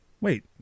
Wait